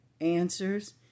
answers